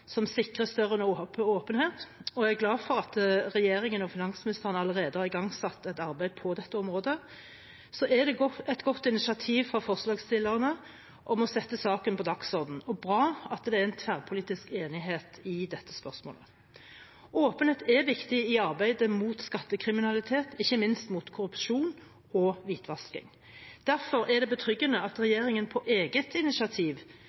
som sikrer større åpenhet – jeg er glad for at regjeringen og finansministeren allerede har igangsatt et arbeid på dette området – er det et godt initiativ fra forslagsstillerne å sette saken på dagsordenen, og det er bra at det er en tverrpolitisk enighet i dette spørsmålet. Åpenhet er viktig i arbeidet mot skattekriminalitet, ikke minst mot korrupsjon og hvitvasking. Derfor er det betryggende at regjeringen på eget initiativ